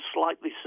slightly